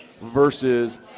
Versus